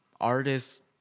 artists